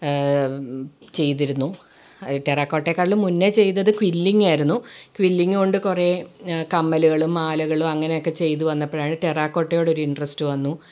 ചെയ്തിരുന്നു ടെറാക്കോട്ടേയെക്കാളും മുന്നെ ചെയ്തത് ഫില്ലിങ്ങാരുന്നു ഫില്ലിങ്ങ് കൊണ്ട് കുറെ കമ്മലുകളും മാലകളും അങ്ങനെ ഒക്കെ ചെയ്ത് വന്നപ്പൊഴാണ് ടെറാക്കോട്ടയോട് ഒരു ഇന്റെരെസ്റ്റ് വന്നു